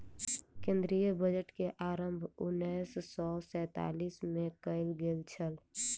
केंद्रीय बजट के आरम्भ उन्नैस सौ सैंतालीस मे कयल गेल छल